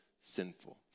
sinful